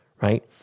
Right